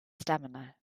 stamina